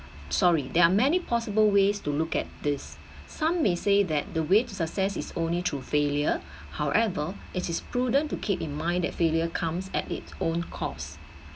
sorry there are many possible ways to look at this some may say that the way to success is only through failure however it is prudent to keep in mind that failure comes at its own cost